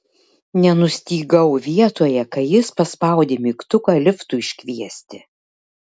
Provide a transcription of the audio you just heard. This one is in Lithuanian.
nenustygau vietoje kai jis paspaudė mygtuką liftui iškviesti